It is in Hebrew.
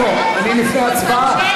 ענת ברקו, אני לפני הצבעה.